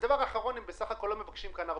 לא מבקשים כאן הרבה.